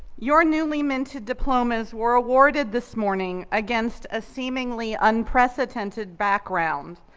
your newly minted diplomas were awarded this morning against a seemingly unprecedented background,